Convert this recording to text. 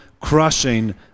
crushing